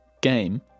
game